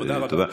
תודה רבה.